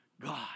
God